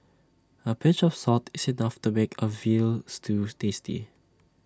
A pinch of salt is enough to make A Veal Stew tasty